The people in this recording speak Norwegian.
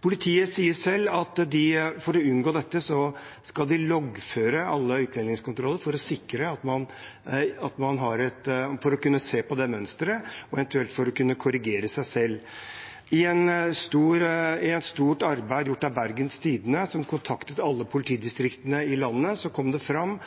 Politiet sier selv at de, for å unngå dette, skal loggføre alle utlendingskontroller for å kunne se på mønsteret og eventuelt for å kunne korrigere seg selv. I et stort arbeid gjort av Bergens Tidende, som kontaktet alle politidistriktene i landet, kom det fram